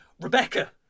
Rebecca